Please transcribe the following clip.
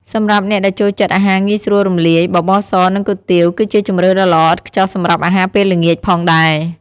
សម្រាប់អ្នកដែលចូលចិត្តអាហារងាយស្រួលរំលាយ បបរស និង គុយទាវ គឺជាជម្រើសដ៏ល្អឥតខ្ចោះសម្រាប់អាហារពេលល្ងាចផងដែរ ។